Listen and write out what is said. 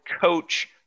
coach